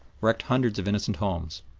wrecked hundreds of innocent homes.